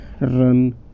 run